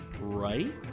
Right